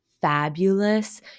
fabulous